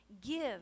Give